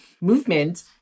movement